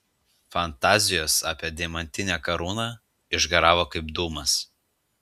fantazijos apie deimantinę karūną išgaravo kaip dūmas